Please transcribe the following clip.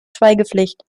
schweigepflicht